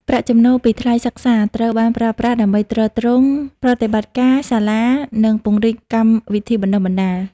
ប្រាក់ចំណូលពីថ្លៃសិក្សា ត្រូវបានប្រើប្រាស់ដើម្បីទ្រទ្រង់ប្រតិបត្តិការសាលា និងពង្រីកកម្មវិធីបណ្តុះបណ្តាល។